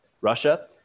Russia